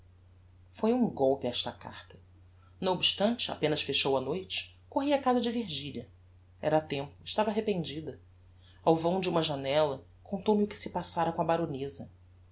foi um golpe esta carta não obstante apenas fechou a noite corri á casa de virgilia era tempo estava arrependida ao vão de uma janella contou-me o que se passára com a baroneza